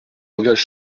engage